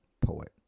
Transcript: poet